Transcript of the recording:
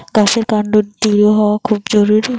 গাছের কান্ড দৃঢ় হওয়া খুব জরুরি